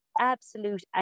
absolute